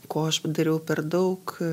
ko aš padariau per daug